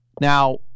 Now